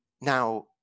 Now